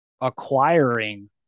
acquiring